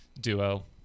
duo